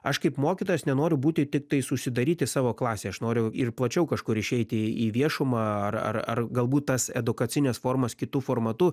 aš kaip mokytojas nenoriu būti tiktai susidaryti savo klasę aš noriu ir plačiau kažkur išeiti į viešumą ar ar ar galbūt tas edukacines formas kitu formatu